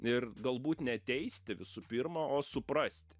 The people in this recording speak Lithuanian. ir galbūt ne teisti visų pirma o suprasti